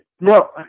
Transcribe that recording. No